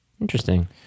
Interesting